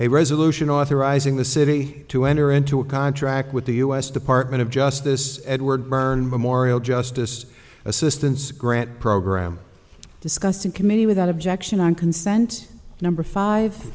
a resolution authorizing the city to enter into a contract with the us department of justice edward byrne memorial justice assistance grant program discussed in committee without objection on consent number five